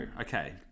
okay